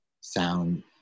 sound